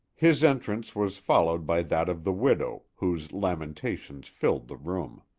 his entrance was followed by that of the widow, whose lamentations filled the room.